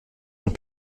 sont